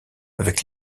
avec